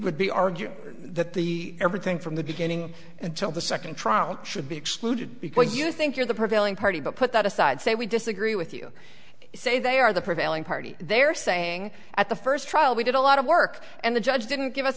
would be argued that the everything from the beginning until the second trunk should be excluded because you think you're the prevailing party but put that aside say we disagree with you say they are the prevailing party they're saying at the first trial we did a lot of work and the judge didn't give us